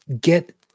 get